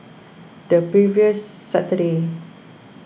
the previous Saturday